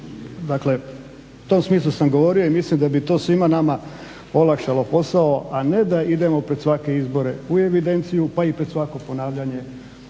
Dakle, u tom smislu sam govorio i mislim da bi to svima nama olakšalo posao, a ne da idemo pred svake izbore u evidenciju, pa i pred svako ponavljanje